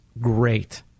great